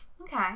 okay